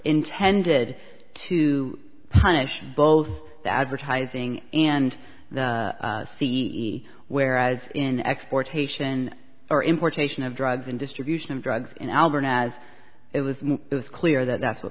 intended to punish both the advertising and the c e whereas in exportation or importation of drugs and distribution of drugs in alberta as it was it was clear that that's what